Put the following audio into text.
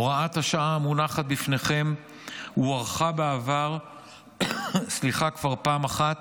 הוראת השעה המונחת בפניכם הוארכה בעבר כבר פעם אחת,